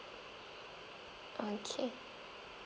okay